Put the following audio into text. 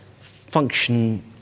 function